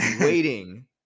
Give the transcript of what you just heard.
waiting